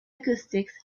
acoustics